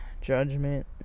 judgment